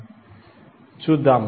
అలాగే చూద్దాం